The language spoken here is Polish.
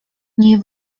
nie